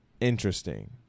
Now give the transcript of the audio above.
interesting